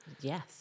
Yes